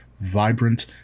vibrant